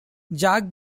jack